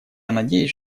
надеюсь